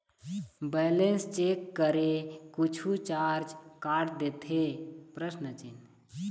Balance check करें कुछू charge काट देथे?